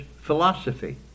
philosophy